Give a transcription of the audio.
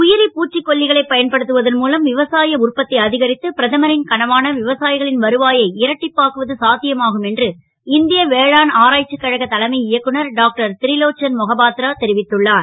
உ ரி பூச்சிக் கொல்லிகளை பயன்படுத்துவதன் மூலம் விவசாய உற்பத் அ கரித்து பிரதமரின் கனவான விவசா களின் வருவாயை இரட்டிப்பாக்குவது சாத் யமாகும் என்று இந் ய வேளாண் ஆரா ச்சிக் கழக தலைமை இயக்குனர் டாக்டர் ரிலோச்சன் மொஹபாத்ரா தெரிவித்துள்ளார்